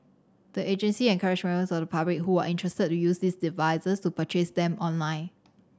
the agency encouraged members of the public who are interested to use these devices to purchase them online